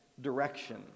direction